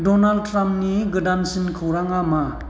Donald ट्राम्पनि गोदानसिन खौराङा मा